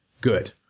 good